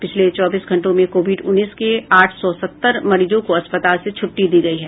पिछले चौबीस घंटों में कोविड उन्नीस के आठ सौ सत्तर मरीजों को अस्पताल से छुट्टी दी गयी है